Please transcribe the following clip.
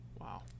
Wow